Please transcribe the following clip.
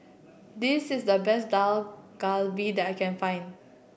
this is the best Dak Galbi that I can find